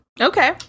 Okay